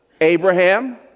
Abraham